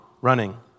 running